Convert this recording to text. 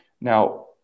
Now